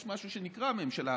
יש משהו שנקרא "הממשלה",